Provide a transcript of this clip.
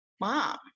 Mom